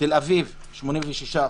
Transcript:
תל אביב 86%,